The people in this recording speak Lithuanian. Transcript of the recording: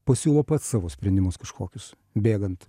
pasiūlo pats savo sprendimus kažkokius bėgant